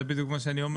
זה בדיוק מה שאני אומר.